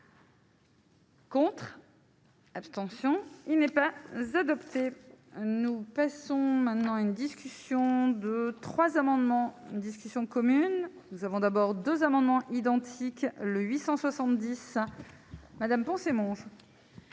pour. Abstention : il n'est pas adopté, nous passons maintenant à une discussion de trois amendements d'une discussion commune, nous avons d'abord 2 amendements identiques : le 870 madame ses manches.